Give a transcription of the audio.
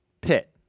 Pit